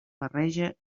barreja